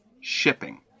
shipping